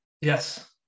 Yes